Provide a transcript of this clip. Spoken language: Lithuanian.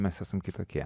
mes esam kitokie